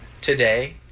Today